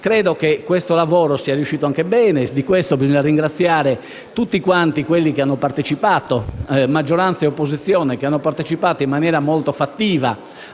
Credo che questo lavoro sia riuscito anche bene e di questo bisogna ringraziare tutti coloro che hanno partecipato, maggioranza e opposizione, in maniera molto fattiva